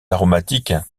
aromatiques